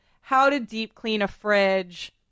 how-to-deep-clean-a-fridge